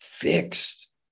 Fixed